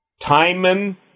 Timon